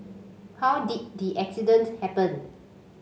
how did the accident happen